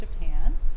Japan